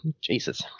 Jesus